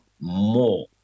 more